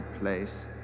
place